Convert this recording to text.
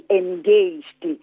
engaged